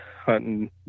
hunting